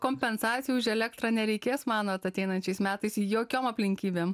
kompensacijų už elektrą nereikės manot ateinančiais metais jokiom aplinkybėm